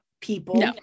people